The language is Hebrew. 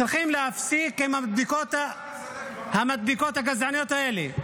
צריכים להפסיק עם המדבקות הגזעניות האלה.